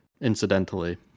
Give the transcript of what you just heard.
incidentally